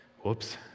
Whoops